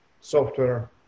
software